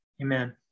amen